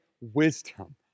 wisdom